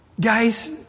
Guys